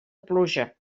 pluja